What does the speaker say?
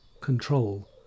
control